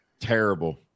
terrible